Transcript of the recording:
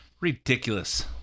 Ridiculous